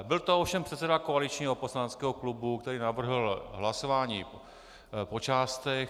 Byl to ovšem předseda koaličního poslaneckého klubu, který navrhl hlasování po částech.